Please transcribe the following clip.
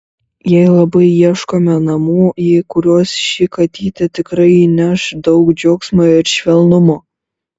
jai labai ieškome namų į kuriuos ši katytė tikrai įneš daug džiaugsmo ir švelnumo